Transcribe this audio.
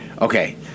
Okay